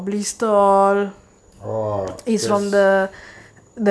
oh yes